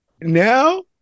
now